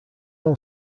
all